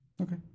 okay